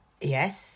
Yes